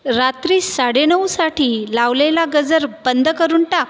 रात्री साडेनऊसाठी लावलेला गजर बंद करून टाक